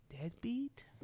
Deadbeat